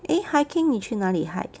eh hiking 你去哪里 hike